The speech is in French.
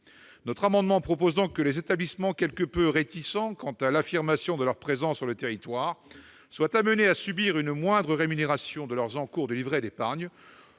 cet amendement, nous proposons donc que les établissements quelque peu réticents quant à l'affirmation de leur présence sur le territoire soient amenés à subir une moindre rémunération des encours de leurs livrets d'épargne,